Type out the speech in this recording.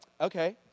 okay